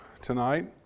tonight